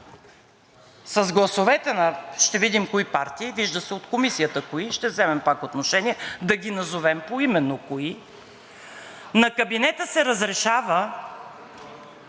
С гласовете на – ще видим на кои партии, вижда се от Комисията кои, ще вземем пак отношение да ги назовем поименно кои – на кабинета се разрешава,